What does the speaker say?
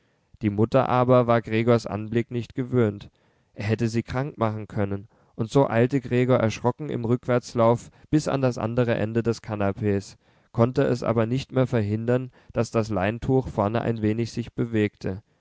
die mutter aber war gregors anblick nicht gewöhnt er hätte sie krank machen können und so eilte gregor erschrocken im rückwärtslauf bis an das andere ende des kanapees konnte es aber nicht mehr verhindern daß das leintuch vorne ein wenig sich bewegte